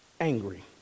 angry